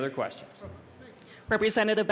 other questions representative